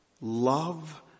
love